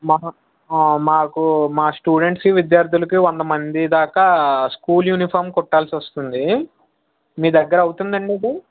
మా మాకు మా స్టూడెంట్స్ విద్యార్ధులకు వందమంది దాకా స్కూల్ యూనిఫార్మ్స్ కుట్టాల్సి వస్తుంది మీ దగ్గర అవుతుందాండి ఇది